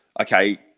okay